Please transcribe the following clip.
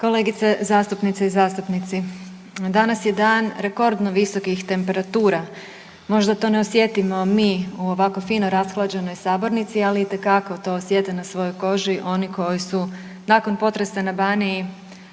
Kolegice zastupnice i zastupnici, danas je dan rekordno visokih temperatura. Možda to ne osjetimo mi u ovako fino rashlađenoj sabornici, ali itekako to osjete na svojoj koži oni koji su nakon potresa na Baniji